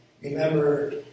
Remember